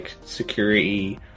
security